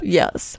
yes